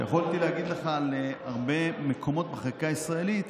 שיכולתי להגיד לך על הרבה מקומות בחקיקה הישראלית